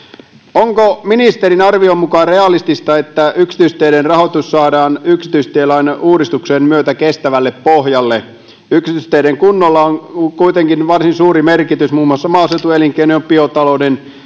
onko ministerin arvion mukaan realistista että yksityisteiden rahoitus saadaan yksityistielain uudistuksen myötä kestävälle pohjalle yksityisteiden kunnolla on kuitenkin varsin suuri merkitys muun muassa maaseutuelinkeinojen biotalouden